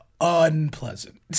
unpleasant